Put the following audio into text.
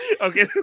Okay